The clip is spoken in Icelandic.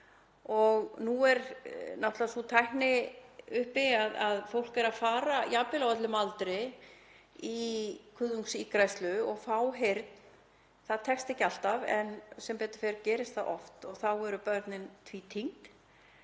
Nú er til sú tækni að fólk er að fara jafnvel á öllum aldri í kuðungsígræðslu og fá heyrn, það tekst ekki alltaf en sem betur fer gerist það oft, og þá eru börnin tvítyngd.